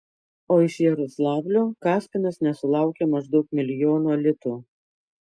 o iš jaroslavlio kaspinas nesulaukė maždaug milijono litų